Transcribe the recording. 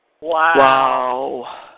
Wow